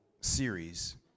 series